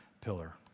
pillar